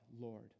lord